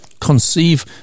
conceive